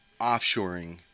offshoring